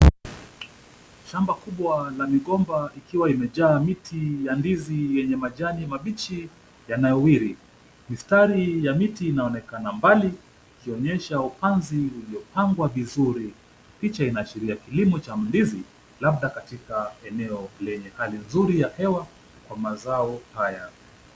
Shamba kubwa la migomba likiwa limejaa miti ya ndizi yenye majani mabichi yananawiri. Mistari ya miti inaonekana mbali ikionyesha upanzi uliopangwa vizuri. Picha inaashiria kilimo cha ndizi labda katika eneo lenye hali nzuri ya hewa kwa mazao haya.